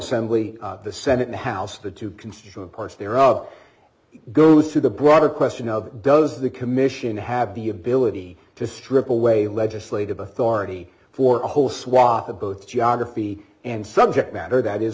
assembly the senate and house the two constituent parts thereof girls to the broader question of does the commission have the ability to strip away legislative authority for a whole swath of both geography and subject matter that is